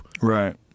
right